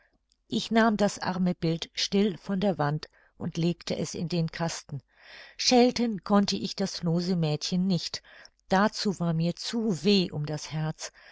ich nahm das arme bild still von der wand und legte es in den kasten schelten konnte ich das lose mädchen nicht dazu war mir zu weh um das herz